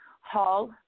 Hall